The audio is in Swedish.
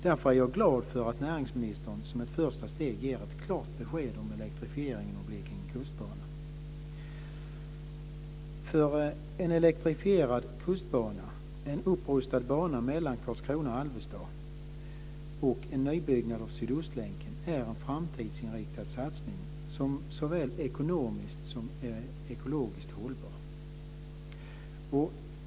Därför är jag glad för att näringsministern, som ett första steg, ger ett klart besked om elektrifieringen av Blekinge kustbana. Sydostlänken är en framtidsinriktad satsning som är såväl ekonomiskt som ekologiskt hållbar.